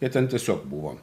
jie ten tiesiog buvo